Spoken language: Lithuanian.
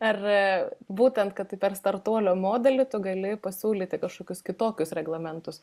ar būtent kad tai per startuolio modelį tu gali pasiūlyti kažkokius kitokius reglamentus